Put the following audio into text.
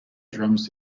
drums